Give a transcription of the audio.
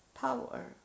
power